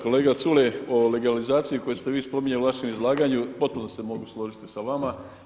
Kolega Culej, o legalizaciji koju ste vi spominjali u vašem izlaganju, potpuno se mogu složiti sa vama.